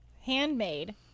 handmade